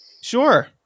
Sure